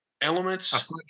elements